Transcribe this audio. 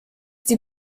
die